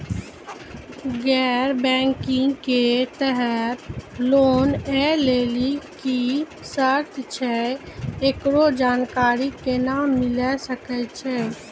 गैर बैंकिंग के तहत लोन लए लेली की सर्त छै, एकरो जानकारी केना मिले सकय छै?